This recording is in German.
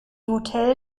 hotel